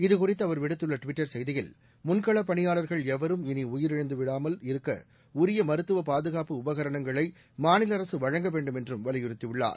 இதுகுறித்து அவர் விடுத்துள்ள ட்விட்டர் செய்தியில் முன்களப் பணியாளர்கள் எவரும் இனி உயிரிழந்துவிடாமல் இருக்க உரிய மருத்துவ பாதுகாப்பு உபகரணங்களை மாநில அரசு வழங்க வேண்டும் என்றும் வலியுறுத்தியுள்ளார்